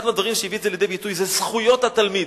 אחד מהדברים שהביאו את זה לידי ביטוי זה זכויות התלמיד.